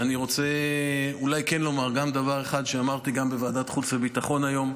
אני רוצה אולי כן לומר גם דבר אחד שאמרתי גם בוועדת חוץ וביטחון היום.